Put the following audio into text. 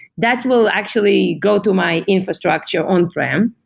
that will actually go to my infrastructure on-prem,